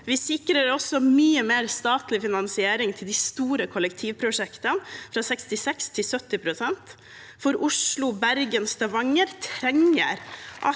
Vi sikrer også mye mer statlig finansiering til de store kollektivprosjektene, fra 66 til 70 pst., for Oslo, Bergen og Stavanger trenger at